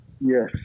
Yes